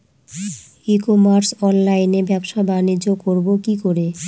ই commerce অনলাইনে ব্যবসা বানিজ্য করব কি করে?